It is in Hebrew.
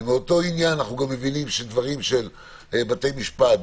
ובאותו עניין אנחנו מבינים בתי משפט,